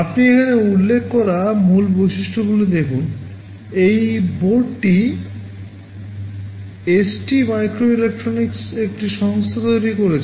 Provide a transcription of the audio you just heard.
আপনি এখানে উল্লেখ করা মূল বৈশিষ্ট্যগুলি দেখুন এই বোর্ডটি এসটি মাইক্রো ইলেক্ট্রনিক্স একটি সংস্থা তৈরি করেছে